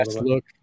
look